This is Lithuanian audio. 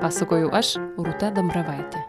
pasakojau aš rūta dambravaitė